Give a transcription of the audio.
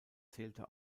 zählte